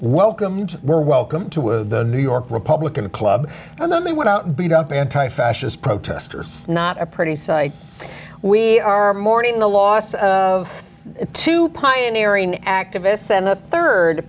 welcomed we'll welcome to the new york republican club and then they went out and beat up anti fascist protestors not a pretty sight we are mourning the loss of two pioneering activists and a third